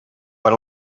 per